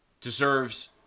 deserves